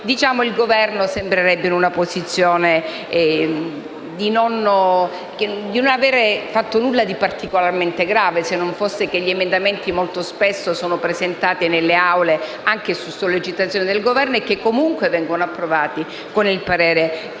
il Governo sembrerebbe infatti trovarsi nella posizione di chi non ha fatto nulla di particolarmente grave, se non fosse che gli emendamenti molto spesso vengono presentati nelle Aule anche su sollecitazione del Governo e comunque vengono approvati con il parere